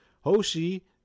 Hoshi